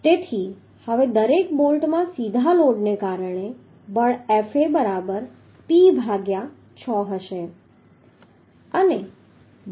તેથી હવે દરેક બોલ્ટમાં સીધા લોડને કારણે બળ Fa બરાબર P ભાગ્યા 6 હશે